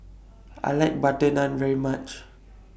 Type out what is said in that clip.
I like Butter Naan very much